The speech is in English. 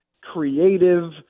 creative